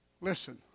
Listen